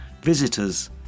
Visitors